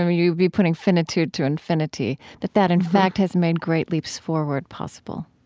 you'd be putting finitude to infinity, that that in fact has made great leaps forward possible